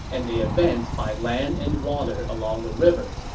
and they advanced by land and water along the river.